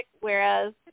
whereas